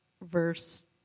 verse